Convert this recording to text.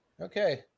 Okay